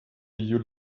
you